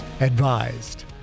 advised